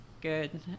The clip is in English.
good